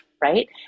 right